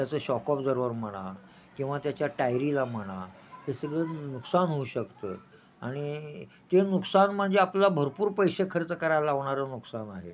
त्याचं shock observer म्हणा किंवा त्याच्या टायरीला म्हणा हे सगळं नुकसान होऊ शकतं आणि ते नुकसान म्हणजे आपला भरपूर पैसे खर्च करायला लावणारं नुकसान आहे